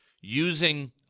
using